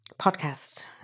podcast